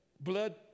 Blood